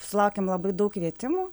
sulaukėm labai daug kvietimų